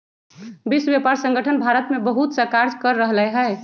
विश्व व्यापार संगठन भारत में बहुतसा कार्य कर रहले है